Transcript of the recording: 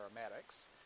aromatics